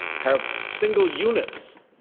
have single units